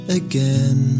again